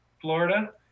Florida